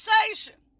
conversation